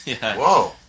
Whoa